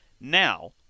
Now